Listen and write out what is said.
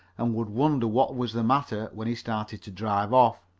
and would wonder what was the matter when he started to drive off.